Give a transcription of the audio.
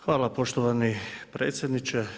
Hvala poštovani predsjedniče.